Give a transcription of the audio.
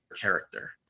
character